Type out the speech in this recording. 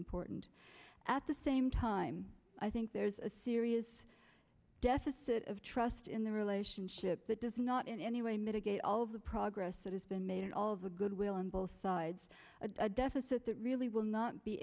important at the same time i think there's a serious deficit of trust in the relationship that does not in any way mitigate all of the progress that has been made in all of the goodwill on both sides a deficit that really will not be